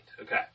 Okay